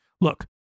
Look